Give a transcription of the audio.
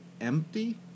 empty